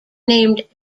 named